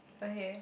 okay